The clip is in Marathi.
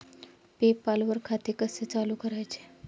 पे पाल वर खाते कसे चालु करायचे